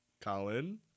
Colin